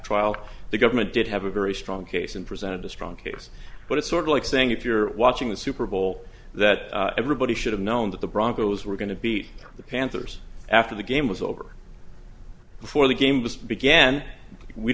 trial the government did have a very strong case and presented a strong case but it's sort of like saying if you're watching the super bowl that everybody should have known that the broncos were going to beat the panthers after the game was over before the games began we